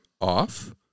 off